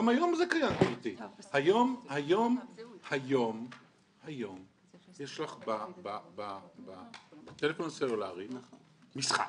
היום יש לך בפלאפון הסלולרי משחק,